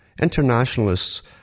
Internationalists